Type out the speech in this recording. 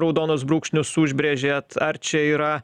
raudonus brūkšnius užbrėžėt ar čia yra